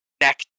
neck